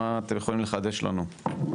מה אתם יכולים לחדש לנו?